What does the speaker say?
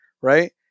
right